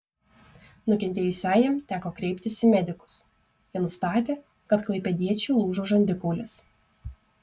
nukentėjusiajam teko kreiptis į medikus jie nustatė kad klaipėdiečiui lūžo žandikaulis